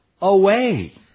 away